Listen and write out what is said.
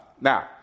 Now